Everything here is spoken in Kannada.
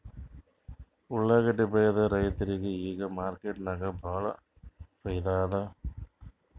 ಉಳ್ಳಾಗಡ್ಡಿ ಬೆಳದ ರೈತರಿಗ ಈಗ ಮಾರ್ಕೆಟ್ನಾಗ್ ಭಾಳ್ ಫೈದಾ ಅದಾ